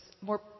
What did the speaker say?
more